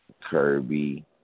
Kirby